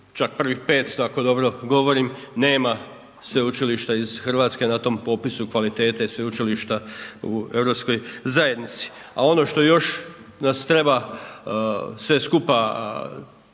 čak prvih 500 ako dobro govorim, nema sveučilišta iz RH na tom popisu kvalitete sveučilišta u europskoj zajednici. A ono što još nas treba sve skupa